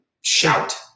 shout